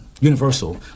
universal